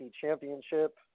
Championship